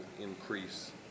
increase